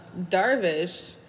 Darvish